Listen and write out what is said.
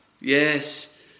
Yes